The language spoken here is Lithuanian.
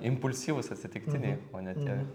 impulsyvūs atsitiktiniai o ne tie